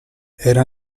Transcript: era